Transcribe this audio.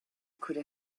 could